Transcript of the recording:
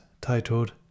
titled